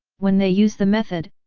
when they use the method,